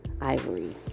Ivory